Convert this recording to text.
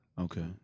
Okay